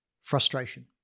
frustration